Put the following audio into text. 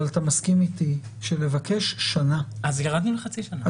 אבל אתה מסכים איתי שלבקש שנה --- אז ירדנו לחצי שנה.